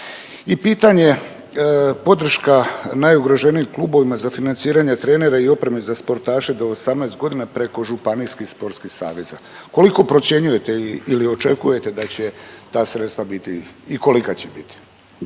i pitanje podrška najugroženijim klubovima za financiranje trenera i opreme za sportaše do 18 godina preko županijskih sportskih saveza. Koliko procjenjujete ili očekujete da će ta sredstva biti i kolika će biti?